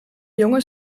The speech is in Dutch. jongen